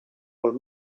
col